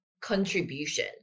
contribution